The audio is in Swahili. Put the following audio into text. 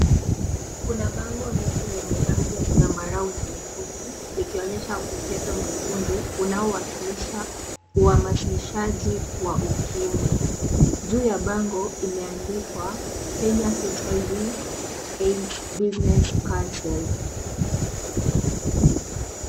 Kuna bango refu lenye rangi ya zambarau na nyekundu, likionyesha utepe mwekundu unaowakilisha uhamasishaji wa ukimwi. Juu ya bango imeandikwa Kenya HIV AIDS business counsel .